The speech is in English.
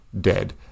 dead